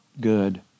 good